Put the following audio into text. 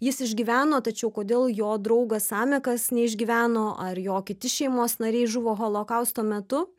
jis išgyveno tačiau kodėl jo draugas samekas neišgyveno ar jo kiti šeimos nariai žuvo holokausto metu